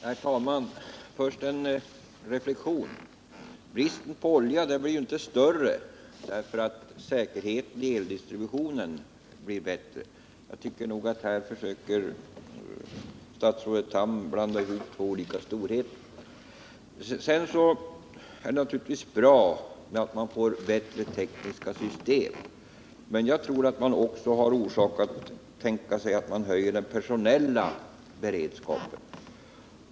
Herr talman! Först en reflexion: Bristen på olja blir inte större därför att säkerheten i eldistributionen blir bättre. Jag tycker nog att statsrådet Tham här försöker blanda ihop två olika storheter. Sedan är det naturligtvis bra att få fram bättre tekniska system, men jag tror att man också har orsak att höja den personella beredskapen.